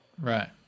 Right